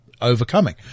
overcoming